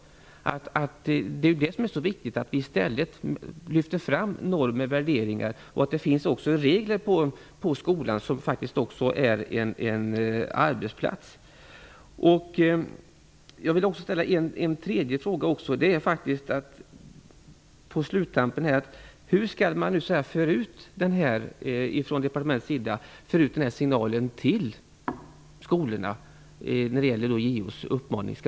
Det är viktigt att lyfta fram normer och värderingar och att peka på de regler som finns på skolan, som faktiskt också är en arbetsplats. Jag vill till slut ställa en tredje fråga. Skall man följa JO:s uppmaning till skolorna eller inte? Skall departementet föra ut denna signal till skolorna?